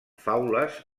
faules